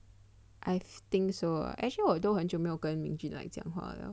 I think so actually 我都很久没有跟 Ming Jun like 讲话了